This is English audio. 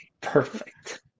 Perfect